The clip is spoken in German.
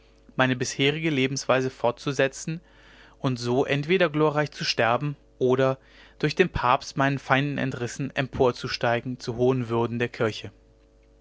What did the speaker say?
meine bisherige lebensweise fortzusetzen und so entweder glorreich zu sterben oder durch den papst meinen feinden entrissen emporzusteigen zu hohen würden der kirche